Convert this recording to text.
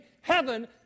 heaven